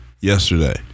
yesterday